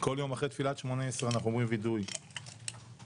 כל פעם אחרי תפילת שמונה עשרה אנחנו אומרים וידוי אשמנו,